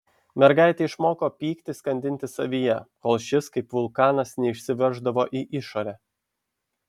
mergaitė išmoko pyktį skandinti savyje kol šis kaip vulkanas neišsiverždavo į išorę